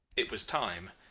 it was time.